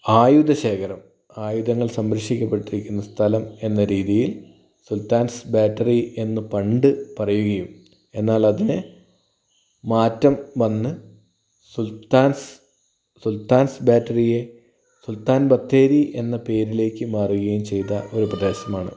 ആയുധ ശേഖരണം ആയുധങ്ങൾ സംരക്ഷിപ്പെട്ടിരിക്കുന്ന സ്ഥലം എന്ന രീതിയിൽ സുൽത്താൻസ് ബാറ്ററി എന്ന് പണ്ട് പറയുകയും എന്നാൽ അതിനെ മാറ്റം വന്ന സുൽത്താൻസ് ബാറ്ററിയെ സുൽത്താൻ ബത്തേരി എന്ന പേരിലേക്ക് മാറുകയും ചെയ്ത ഒരു പ്രദേശമാണ്